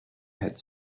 had